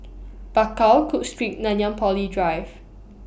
Bakau Cook Street Nanyang Poly Drive